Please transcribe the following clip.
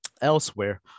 Elsewhere